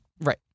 Right